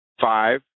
five